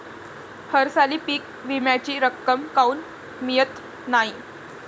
हरसाली पीक विम्याची रक्कम काऊन मियत नाई?